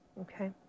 Okay